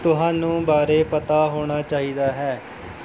ਤੁਹਾਨੂੰ ਬਾਰੇ ਪਤਾ ਹੋਣਾ ਚਾਹੀਦਾ ਹੈ